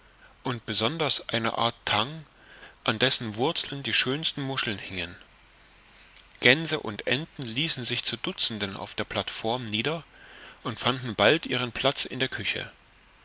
und besonders eine art tang an dessen wurzeln die schönsten muscheln hingen gänse und enten ließen sich zu dutzenden auf der plateform nieder und fanden bald ihren platz in der küche